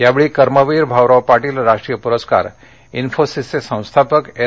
यावेळी कर्मवीर भाऊराव पाटील राष्ट्रीय पुरस्कार उकोसिसचे संस्थापक एन